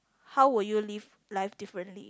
how would you live life differently